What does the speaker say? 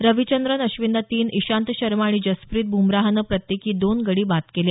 रविचंद्रन अश्विननं तीन इशांत शर्मा आणि जसप्रित ब्मराहनं प्रत्येकी दोन गडी बाद केले